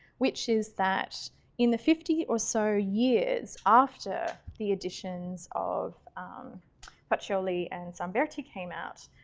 which is that in the fifty or so years after the editions of paciolo and zambertti came out,